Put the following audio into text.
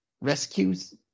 rescues